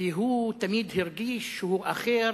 כי הוא תמיד הרגיש שהוא אחר